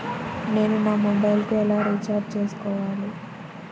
నేను నా మొబైల్కు ఎలా రీఛార్జ్ చేసుకోవాలి?